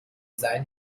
sein